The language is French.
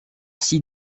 six